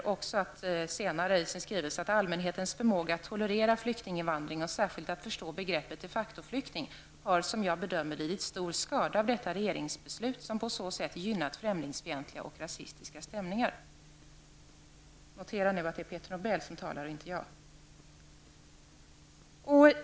Vidare: ''Allmänhetens förmåga att tolerera flyktinginvandring och särskilt att förstå begreppet de-facto-flykting har, som jag bedömer, lidit stor skada av detta regeringsbeslut, som på så sätt gynnat främlingsfientliga och rasistiska stämningar.'' Jag ber er notera att det är Peter Nobel som talar och inte jag.